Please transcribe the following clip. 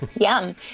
Yum